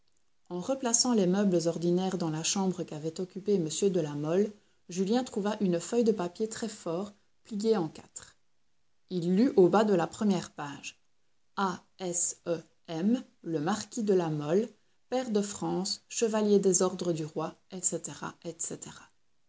en replaçant les meubles ordinaires dans la chambre qu'avait occupée m de la mole julien trouva une feuille de papier très fort pliée en quatre il lut au bas de la première page a s e m le marquis de la mole pair de france chevalier des ordres du roi etc etc